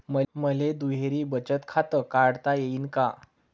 मले दुहेरी बचत खातं काढता येईन का?